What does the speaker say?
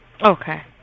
okay